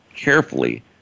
carefully